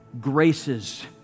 graces